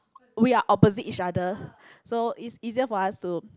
we are opposite each other so it's easier for us to